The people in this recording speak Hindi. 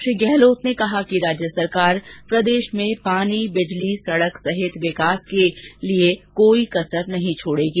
श्री गहलोत ने कहा कि राज्य सरकार प्रदेश में पानी बिजली सड़क सहित विकास के लिए कोई कसर नहीं छोड़ेगी